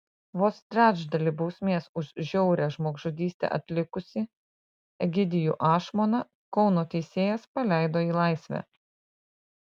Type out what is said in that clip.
vos trečdalį bausmės už žiaurią žmogžudystę atlikusį egidijų ašmoną kauno teisėjas paleido į laisvę